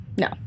No